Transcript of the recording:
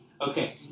Okay